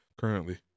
currently